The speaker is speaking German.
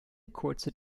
kurze